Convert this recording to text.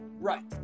right